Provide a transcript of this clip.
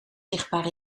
zichtbaar